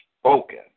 spoken